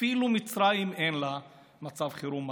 אפילו למצרים אין מצב חירום מתמיד.